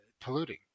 polluting